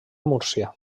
múrcia